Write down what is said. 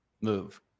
move